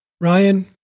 Ryan